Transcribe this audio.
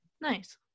Nice